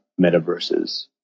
metaverses